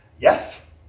Yes